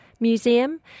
Museum